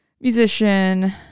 musician